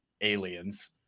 aliens